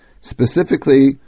specifically